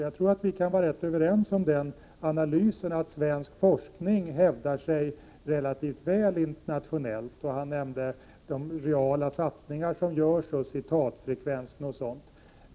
Jag tror att vi kan vara överens om att svensk forskning hävdar sig relativt väl internationellt. Lars Gustafsson nämnde de reala satsningar som görs och citatfrekvensen.